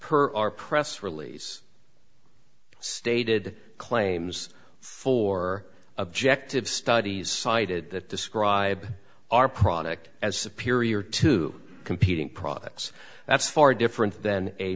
per our press release stated claims for objective studies cited that describe our product as superior to competing products that's far different then a